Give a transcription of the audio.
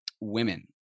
women